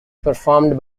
performed